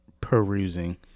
perusing